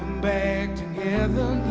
back and